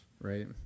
Right